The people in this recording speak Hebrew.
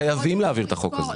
חייבים להעביר את החוק הזה.